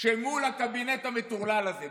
שמול הקבינט המטורלל הזה,